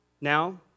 Now